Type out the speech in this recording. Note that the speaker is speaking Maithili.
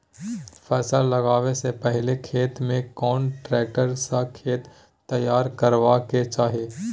फसल लगाबै स पहिले खेत में कोन ट्रैक्टर स खेत तैयार करबा के चाही?